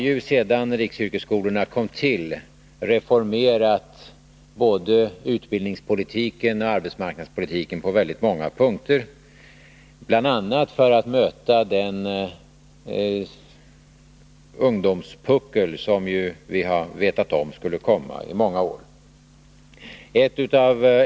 Vi har sedan riksyrkesskolorna kom till reformerat både utbildningspolitiken och arbetsmarknadspolitiken på väldigt många punkter, bl.a. för att möta den ungdomspuckel som vi sedan många år tillbaka har känt till skulle komma.